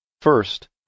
First